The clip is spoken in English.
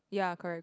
ya correct